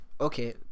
Okay